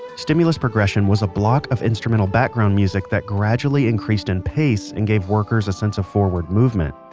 stimulus progression was a block of instrumental background music that gradually increased in pace and gave workers a sense of forward movement.